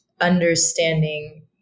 understanding